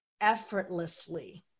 effortlessly